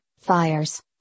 fires